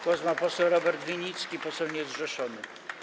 Głos ma poseł Robert Winnicki, poseł niezrzeszony.